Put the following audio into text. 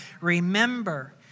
Remember